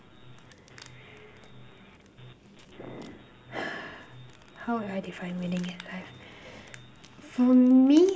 how would I define meaning in life for me